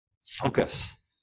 focus